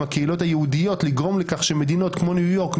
הקהילות היהודיות לגרום לכך שמדינות כמו ניו יורק,